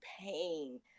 pain